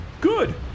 Good